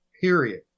period